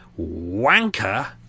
Wanker